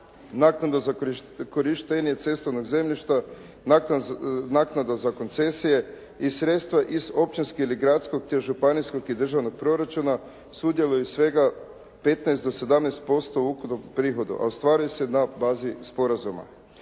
naknada za korištenje cestovnog zemljišta, naknada za koncesije i sredstva iz općinskog ili gradskog te županijskog i državnog proračuna sudjeluju svega 15 do 17% u ukupnom prihodu a ostvaruje se na bazi sporazuma.